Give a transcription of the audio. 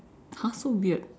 !huh! so weird